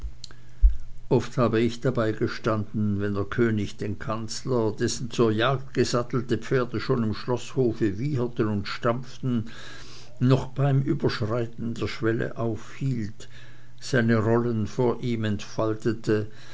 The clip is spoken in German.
oft habe ich dabeigestanden wann der kanzler den könig dessen zur jagd gesattelte pferde schon im schloßhofe wieherten und stampften noch beim überschreiten der schwelle aufhielt seine rollen vor ihm entfaltete